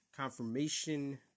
Confirmation